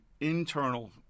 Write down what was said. internal